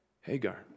Hagar